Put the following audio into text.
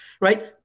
right